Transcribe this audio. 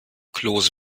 klose